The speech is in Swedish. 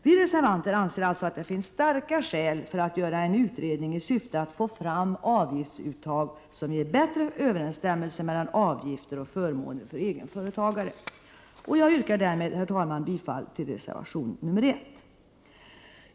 Vi reservanter anser alltså att det finns starka skäl för att göra en utredning i syfte att få fram avgiftsuttag som ger bättre överensstämmelse mellan avgifter och förmåner för egenföretagare. Jag yrkar därmed, herr talman, bifall till reservation nr 1.